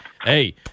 hey